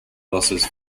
losses